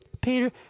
Peter